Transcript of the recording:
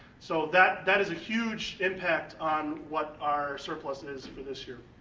so that that is a huge impact on what our surplus is for this year.